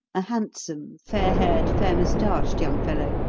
a handsome, fair-haired, fair-moustached young fellow,